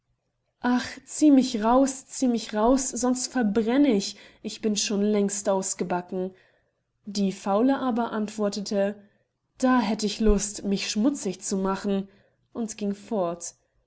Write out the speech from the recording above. ach zieh mich raus zieh mich raus sonst verbrenn ich ich bin schon längst ausgebacken die faule aber antwortete da hätt ich lust mich schmutzig zu machen und ging fort